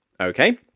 okay